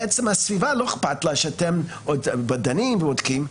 בעצם לסביבה לא אכפת שאתם עוד דנים ובודקים,